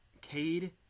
Cade